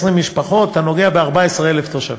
משפחות, אתה נוגע ב-14,000 תושבים.